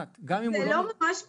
זה לא ממש פתרון.